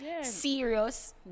serious